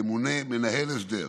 ימונה מנהל הסדר,